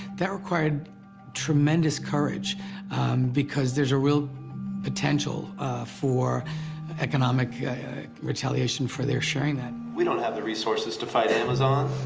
that required tremendous courage because there's a real potential for economic retaliation for their sharing that. we don't have the resources to fight amazon.